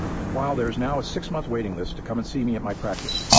and while there is now a six month waiting list to come and see me at my practice,